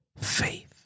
faith